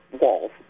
walls